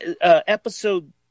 episode